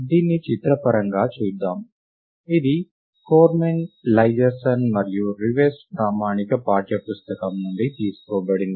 దీన్ని చిత్రపరంగా చూద్దాం ఇది కోర్మెన్ లైజర్సన్ మరియు రివెస్ట్ ప్రామాణిక పాఠ్య పుస్తకం నుండి తీసుకోబడింది